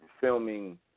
filming